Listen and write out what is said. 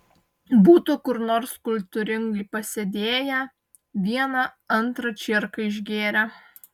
būtų kur nors kultūringai pasėdėję vieną antrą čierką išgėrę